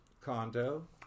condo